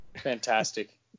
Fantastic